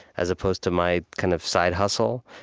as opposed to my kind of side hustle,